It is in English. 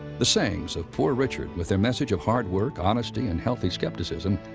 the sayings of poor richard, with their message of hard work, honesty, and healthy skepticism,